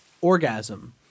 orgasm